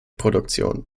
produktion